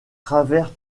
travers